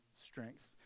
strength